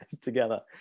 together